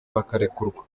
bakarekurwa